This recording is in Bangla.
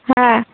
হ্যাঁ